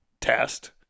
test